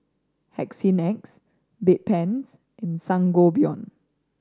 Hygin X Bedpans and Sangobion